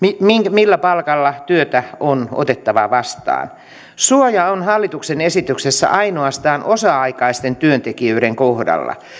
millä palkalla työtä on otettava vastaan suoja on hallituksen esityksessä ainoastaan osa aikaisten työntekijöiden kohdalla